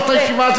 וזה הכול במקום,